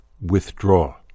withdraw